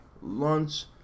Lunch